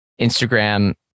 Instagram